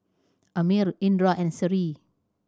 Ammir Indra and Seri